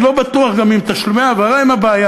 לכן, אני לא בטוח גם אם תשלומי ההעברה הם הבעיה.